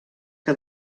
que